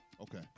Okay